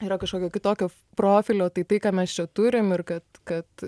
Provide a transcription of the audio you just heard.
yra kažkokio kitokio profilio tai tai ką mes čia turim ir kad kad